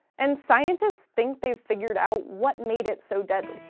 and scientists think they've figured out what made it so deadly.